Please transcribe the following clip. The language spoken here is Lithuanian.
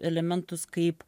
elementus kaip